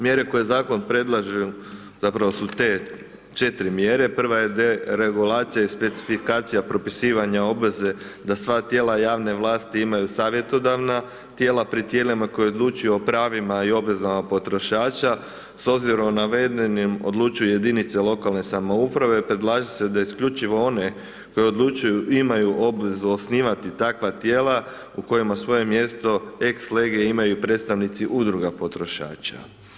Mjere koje zakon predlaže zapravo su te četiri mjere, prva je deregulacija i specifikacija propisivanja obveze da sva tijela javne vlasti imaju savjetodavna tijela pri tijelima koja odlučuju o pravima i obvezama potrošača s obzirom navedenim odlučuju jedinice lokalne samouprave predlaže se da isključivo one koje odlučuju imaju obvezu osnivati takva tijela u kojima svoje mjesto ex lege imaju i predstavnici udruga potrošača.